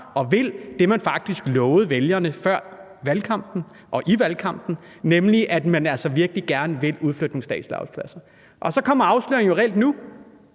og vil det, man faktisk lovede vælgerne før valgkampen og i valgkampen, nemlig at man altså virkelig gerne vil udflytte nogle statslige arbejdspladser. Og så kommer afsløringen jo reelt nu,